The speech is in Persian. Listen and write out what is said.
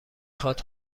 خواد